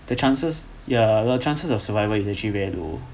the chances ya the chances of survival is actually very low